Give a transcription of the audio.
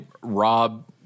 Rob